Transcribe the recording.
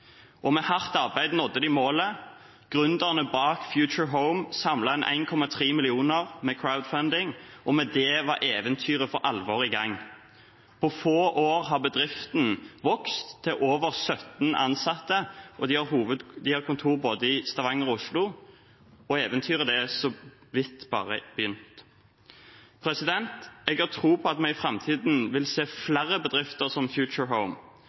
Nederland. Med hardt arbeid nådde de målet. Gründerne bak Futurehome samlet inn 1,3 mill. kr med crowdfunding, og med det var eventyret for alvor i gang. På få år har bedriften vokst til over 17 ansatte, og de har kontor både i Stavanger og i Oslo – og eventyret har bare så vidt begynt. Jeg har tro på at vi i framtiden vil se flere bedrifter som